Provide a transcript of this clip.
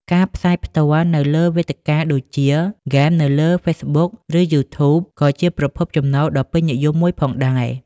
ការផ្សាយផ្ទាល់នៅលើវេទិកាដូចជាហ្គេមនៅលើហ្វេសប៊ុក ឬយូធូប ក៏ជាប្រភពចំណូលដ៏ពេញនិយមមួយផងដែរ